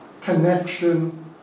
connection